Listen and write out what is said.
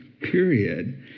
period